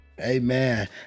Amen